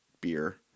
beer